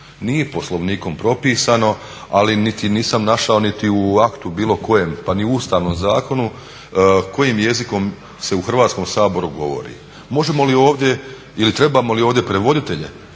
Nije Poslovnikom propisano, ali niti sam našao niti u aktu bilo kojem pa ni u Ustavnom zakonu kojim jezikom se u Hrvatskom saboru govori. Možemo li ovdje ili trebamo li ovdje prevoditelje